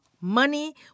money